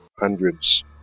hundreds